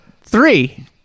three